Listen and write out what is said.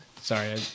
sorry